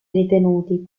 ritenuti